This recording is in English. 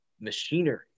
machinery